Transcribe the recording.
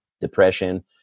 depression